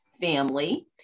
family